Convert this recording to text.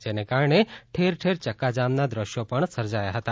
જેન કારણ ઠેરઠેર ચક્કાજામના દ્રશ્યો પણ સર્જાયા હતા